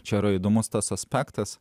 čia yra įdomus tas aspektas